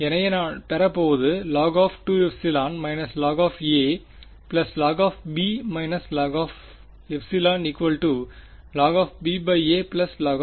எனவே நான் பெறப்போவது log2ε − log log − logε logba log